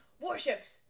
Warships